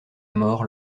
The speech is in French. mort